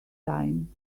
time